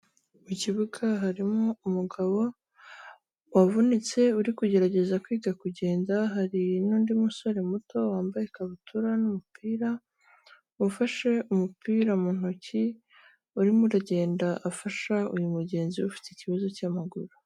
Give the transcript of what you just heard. Mu kibuga harimo umugabo wavunitse uri kugerageza kwiga kugenda, hari n'undi musore muto wambaye ikabutura n'umupira ufashe umupira mu ntoki, urimo uragenda afasha uyu mugenzi ufite ikibazo cy'amaguru.